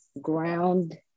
ground